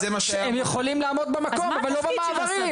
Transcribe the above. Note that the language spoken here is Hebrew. הם יכולים לעמוד במקום אבל לא במעברים.